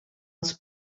els